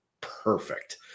perfect